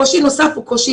קושי נוסף הוא קושי